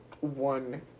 one